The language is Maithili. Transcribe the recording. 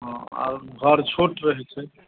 हॅं आर घर छोट रहै छै